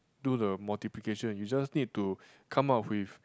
do the multiplication you just need to come out with